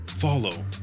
follow